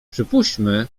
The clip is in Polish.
przypuśćmy